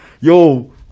Yo